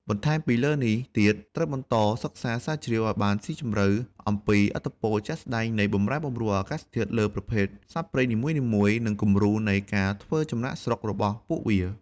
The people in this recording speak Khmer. បន្ថែមពីលើនេះទៀត ត្រូវបន្តសិក្សាស្រាវជ្រាវអោយបានស៊ីជម្រៅអំពីឥទ្ធិពលជាក់ស្តែងនៃបម្រែបម្រួលអាកាសធាតុលើប្រភេទសត្វព្រៃនីមួយៗ និងគំរូនៃការធ្វើចំណាកស្រុករបស់ពួកវា។